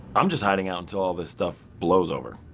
i'm just hiding out until all this stuff blows over.